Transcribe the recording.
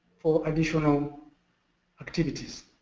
for additional activities.